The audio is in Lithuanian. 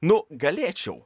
nu galėčiau